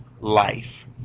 life